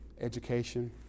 education